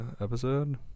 episode